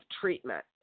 treatment